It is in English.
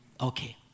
Okay